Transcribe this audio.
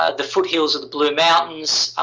ah the foothills of the blue mountains.